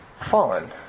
fallen